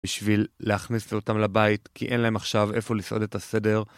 בשביל להכניס אותם לבית, כי אין להם עכשיו איפה לסעוד את הסדר.